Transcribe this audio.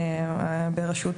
בראשות